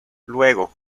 luego